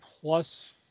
plus